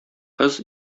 кыз